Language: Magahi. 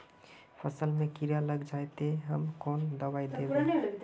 फसल में कीड़ा लग जाए ते, ते हम कौन दबाई दबे?